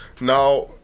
now